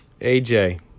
AJ